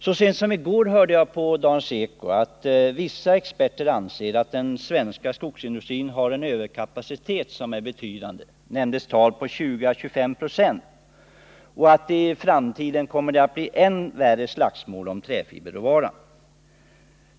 Så sent som i går hörde jag på Dagens Eko att vissa experter anser att den svenska skogsindustrin har en överkapacitet som är betydande — 20-25 96 nämndes — och att det i framtiden blir ännu värre slagsmål om träfiberråvaran.